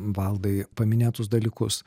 valdai paminėtus dalykus